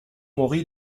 mory